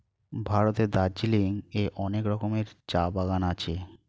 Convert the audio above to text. ভারতের দার্জিলিং এ অনেক রকমের চা বাগান আছে